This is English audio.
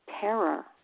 Terror